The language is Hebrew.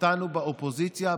אין שום סיכוי לרוב,